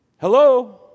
Hello